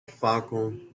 falcon